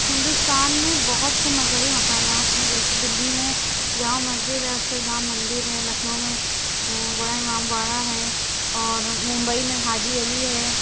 ہندوستان میں بہت سے مذہبی مقامات ہیں جیسے دلّی میں جامع مسجد ہے اكشردھام مندر ہے لكھنؤ میں بڑا اِمامباڑہ ہے اور ممبئی میں حاجی علی ہے